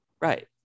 right